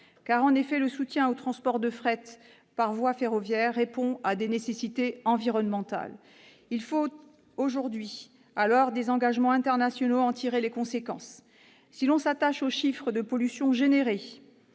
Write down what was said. nous sommes. Le soutien au transport de fret par voie ferroviaire répond à des nécessités environnementales. Il faut aujourd'hui, à l'heure des engagements internationaux, en tirer les conséquences. Si l'on s'attache à la pollution générée--